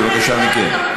בבקשה מכם.